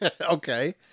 Okay